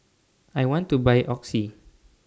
I want to Buy Oxy